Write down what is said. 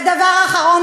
ודבר אחרון,